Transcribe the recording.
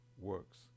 works